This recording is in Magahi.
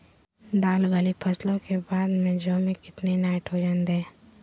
दाल वाली फसलों के बाद में जौ में कितनी नाइट्रोजन दें?